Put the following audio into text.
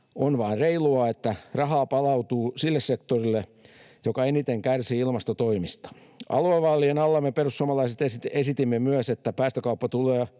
On vain reilua, että rahaa palautuu sille sektorille, joka eniten kärsii ilmastotoimista. Aluevaalien alla me perussuomalaiset esitimme myös, että päästökauppatuloja